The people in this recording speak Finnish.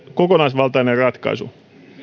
kokonaisvaltainen ratkaisu